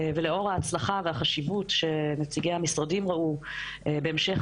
ולאור ההצלחה והחשיבות שנציגי המשרדים ראו בהמשך